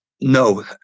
No